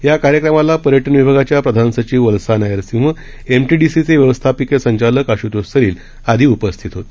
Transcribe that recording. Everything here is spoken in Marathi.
या कार्यक्रमाला पर्यटन विभागाच्या प्रधान सचिव वल्सा नायर सिंह एमटीडीसीचे व्यवस्थापकीय संचालक आश्तोष सलील आदी उपस्थित होते